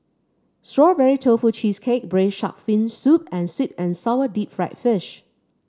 Strawberry Tofu Cheesecake braise shark fin soup and sweet and sour Deep Fried Fish